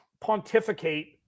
pontificate